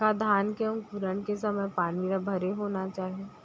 का धान के अंकुरण के समय पानी ल भरे होना चाही?